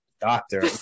doctor